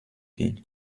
ging